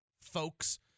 folks